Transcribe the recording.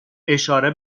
اشاره